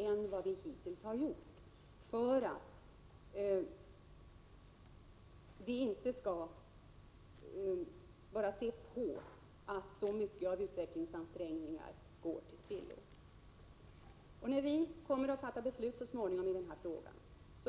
Vi kan inte bara se på, när så mycket av utvecklingsansträngningar går till spillo. När vi så småningom fattar beslut i den här frågan,